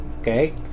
okay